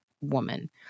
woman